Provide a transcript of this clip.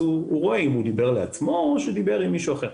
אז הוא רואה אם הוא דיבר לעצמו או שהוא דיבר עם מישהו אחר.